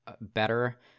better